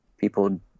people